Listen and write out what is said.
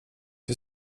för